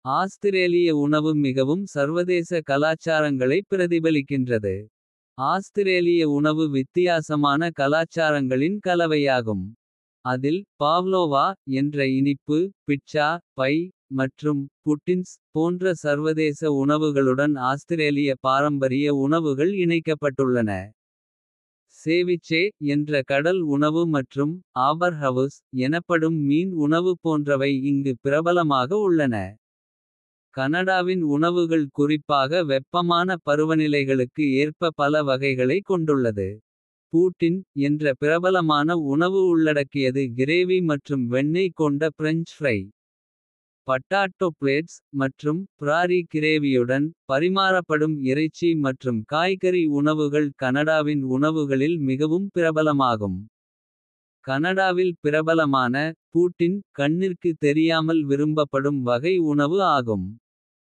ஆஸ்திரேலிய உணவு மிகவும் சர்வதேச கலாச்சாரங்களைப். பிரதிபலிக்கின்றது ஆஸ்திரேலிய உணவு வித்தியாசமான. கலாச்சாரங்களின் கலவையாகும் அதில் பாவ்லோவா. என்ற இனிப்பு பிட்ஸா பை மற்றும் புட்டின்ஸ். போன்ற சர்வதேச உணவுகளுடன் ஆஸ்திரேலிய பாரம்பரிய. உணவுகள் இணைக்கப்பட்டுள்ளன சேவிச்சே என்ற கடல். உணவு மற்றும் ஆபர்ஹவுஸ் எனப்படும் மீன் உணவு. போன்றவை இங்கு பிரபலமாக உள்ளன. கனடாவின் உணவுகள் குறிப்பாக வெப்பமான பருவநிலைகளுக்கு. ஏற்ப பல வகைகளைக் கொண்டுள்ளது பூட்டின் என்ற. பிரபலமான உணவு உள்ளடக்கியது கிரேவி மற்றும். வெண்ணெய் கொண்ட பிரெஞ்ச் ஃப்ரை பட்டாட்டோ பிளேட்ஸ். மற்றும் "பிராரி கிரேவியுடன் பரிமாறப்படும் இறைச்சி மற்றும். காய்கறி உணவுகள் கனடாவின் உணவுகளில் மிகவும். பிரபலமாகும் கனடாவில் பிரபலமான பூட்டின். கண்ணிற்கு தெரியாமல் விரும்பப்படும் வகை உணவு ஆகும்.